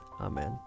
Amen